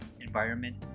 environment